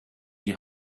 die